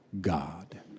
God